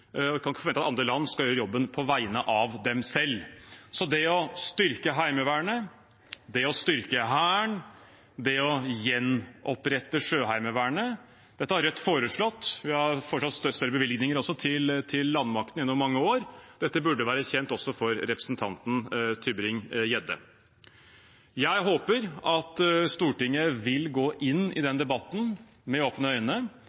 kan ikke forvente at andre land skal gjøre jobben på vegne av dem selv. Så det å styrke Heimevernet, det å styrke Hæren og det å gjenopprette Sjøheimevernet, det har Rødt foreslått. Vi har foreslått større bevilgninger også til landmakten gjennom mange år. Dette burde være kjent også for representanten Tybring-Gjedde. Jeg håper at Stortinget vil gå inn i denne debatten med åpne øyne